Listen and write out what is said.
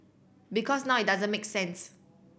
because now it doesn't make sense